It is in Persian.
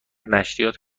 نشریات